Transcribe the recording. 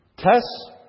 Tests